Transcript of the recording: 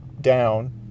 down